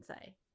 say